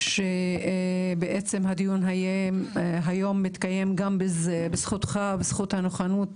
הדיון היום מתקיים בזכותך ובזכות הנכונות